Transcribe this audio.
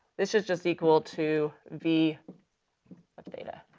this is just equal to v of the theta,